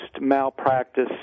malpractice